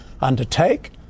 undertake